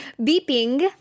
Beeping